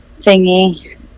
thingy